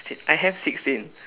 si~ I have sixteen